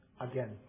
again